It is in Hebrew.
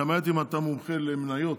למעט אם אתה מומחה למניות